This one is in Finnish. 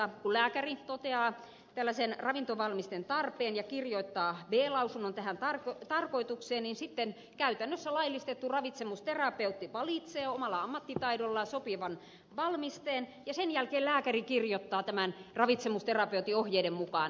kun lääkäri toteaa tällaisen ravintovalmisteen tarpeen ja kirjoittaa b lausunnon tähän tarkoitukseen niin sitten käytännössä laillistettu ravitsemusterapeutti valitsee omalla ammattitaidollaan sopivan valmisteen ja sen jälkeen lääkäri kirjoittaa tämän ravitsemusterapeutin ohjeiden mukaan reseptin